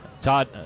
Todd